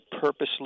purposely